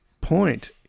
point